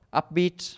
upbeat